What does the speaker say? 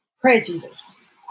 prejudice